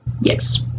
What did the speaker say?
Yes